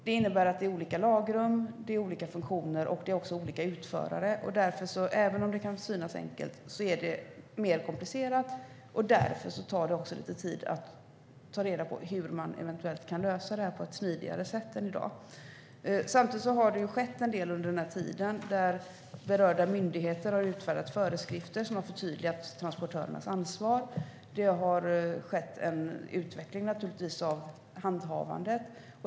Det innebär olika lagrum, olika funktioner och olika utförare. Även om det kan synas enkelt är det mer komplicerat, och därför tar det också lite tid att ta reda på hur man eventuellt kan lösa kontrollen på ett smidigare sätt än i dag. Samtidigt har det skett en del under tiden. Berörda myndigheter har utfärdat föreskrifter som har förtydligat transportörernas ansvar. Det har skett en utveckling av handhavandet.